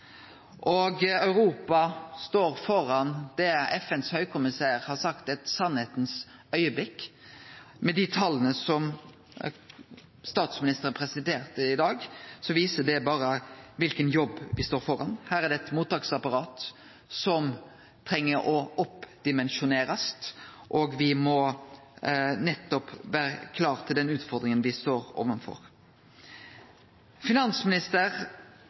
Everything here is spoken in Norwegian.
Europa står framfor det FNs høgkommissær har sagt er eit «sannhetens øyeblikk». Dei tala som statsministeren presenterte i dag, viser berre kva jobb me står framfor. Her er det mottaksapparat som treng å oppdimensjonerast, og me må vere klare for den utfordringa me står